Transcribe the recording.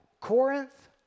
Corinth